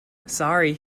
sorry